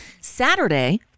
Saturday